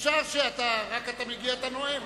אי-אפשר שאתה רק מגיע, אתה נואם.